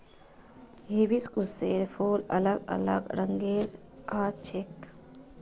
हिबिस्कुसेर फूल अलग अलग रंगेर ह छेक